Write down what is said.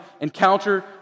encounter